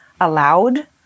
allowed